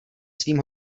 svým